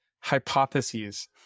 hypotheses